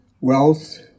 wealth